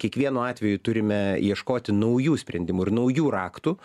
kiekvienu atveju turime ieškoti naujų sprendimų ir naujų raktų